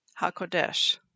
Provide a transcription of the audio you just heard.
HaKodesh